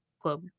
globe